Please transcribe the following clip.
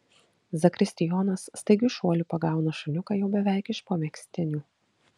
zakristijonas staigiu šuoliu pagauna šuniuką jau beveik iš po mezginių